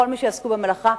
ולכל מי שעסקו במלאכה,